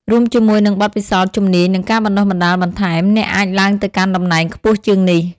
រួមជាមួយនឹងបទពិសោធន៍ ជំនាញ និងការបណ្តុះបណ្តាលបន្ថែម អ្នកអាចឡើងទៅកាន់តំណែងខ្ពស់ជាងនេះ។